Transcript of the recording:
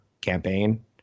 campaign